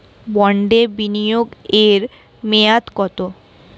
বন্ডে বিনিয়োগ এর মেয়াদ কত?